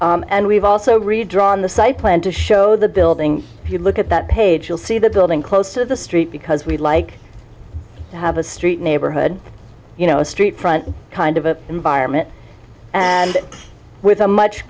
uses and we've also redrawn the site plan to show the building if you look at that page you'll see the building close to the street because we'd like to have a street neighborhood you know a street front kind of environment and with a much